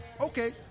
Okay